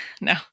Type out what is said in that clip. No